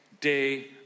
day